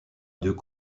deux